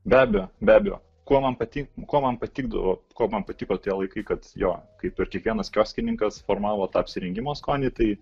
be abejo be abejo kuo man patinka kuo man patikdavo kuo man patiko tie laikai kad jo kaip ir kiekvienas kioskininkas formavo tą apsirengimo skonį tai